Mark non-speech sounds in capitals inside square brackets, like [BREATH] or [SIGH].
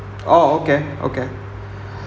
orh okay okay [BREATH]